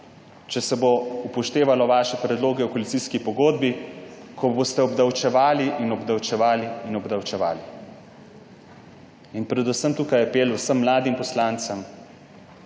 če se bodo upoštevali vaši predlogi v koalicijski pogodbi, ko boste obdavčevali in obdavčevali in obdavčevali. Predvsem tukaj apel vsem mladim poslancem